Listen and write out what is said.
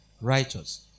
Righteous